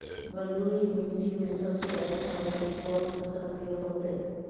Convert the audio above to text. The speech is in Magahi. बलुई मिट्टी में सबसे अच्छा उपज कौन फसल के होतय?